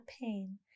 pain